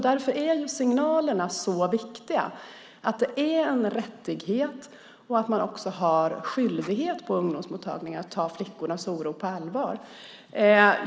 Därför är signalerna så viktiga om att detta är en rättighet och att ungdomsmottagningen har skyldighet att ta flickornas oro på allvar.